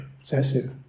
obsessive